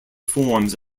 forms